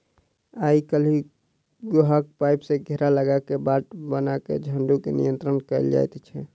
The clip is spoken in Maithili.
आइ काल्हि लोहाक पाइप सॅ घेरा लगा क बाट बना क झुंड के नियंत्रण कयल जाइत छै